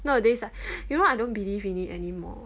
nowadays ah you know I don't believe in it anymore